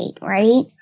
right